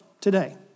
today